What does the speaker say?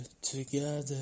together